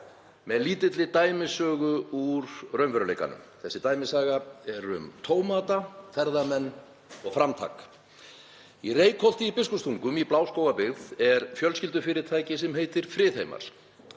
með lítilli dæmisögu úr raunveruleikanum. Þessi dæmisaga er um tómata, ferðamenn og framtak. Í Reykholti í Biskupstungum, í Bláskógabyggð, er fjölskyldufyrirtæki sem heitir Friðheimar.